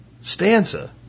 stanza